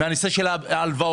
מהנושא של ההלוואות,